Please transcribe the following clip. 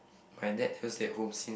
my dad just stay at home since